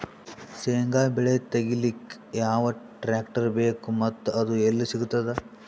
ಶೇಂಗಾ ಬೆಳೆ ತೆಗಿಲಿಕ್ ಯಾವ ಟ್ಟ್ರ್ಯಾಕ್ಟರ್ ಬೇಕು ಮತ್ತ ಅದು ಎಲ್ಲಿ ಸಿಗತದ?